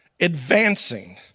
advancing